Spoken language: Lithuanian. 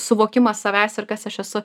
suvokimas savęs ir kas aš esu